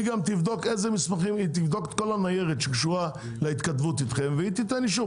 תבדוק אילו מסמכים ואת הניירת שקשורה להתכתבות אתכם והיא תיתן אישור.